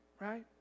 right